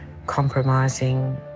Compromising